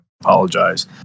apologize